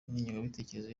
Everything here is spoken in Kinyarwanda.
n’ingengabitekerezo